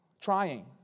trying